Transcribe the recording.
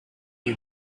you